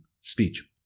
speech